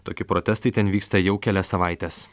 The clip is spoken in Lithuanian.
tokie protestai ten vyksta jau kelias savaites